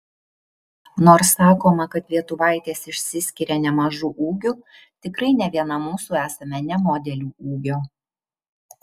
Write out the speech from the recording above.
nors sakoma kad lietuvaitės išsiskiria nemažu ūgiu tikrai ne viena mūsų esame ne modelių ūgio